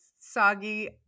soggy